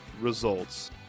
results